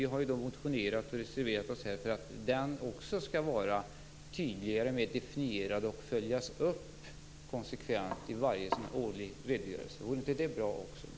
Vi har ju motionerat om reserverat oss för att den också skall vara tydligare och mer definierad och för att den skall följas upp konsekvent i varje årlig redogörelse. Vore inte det också bra?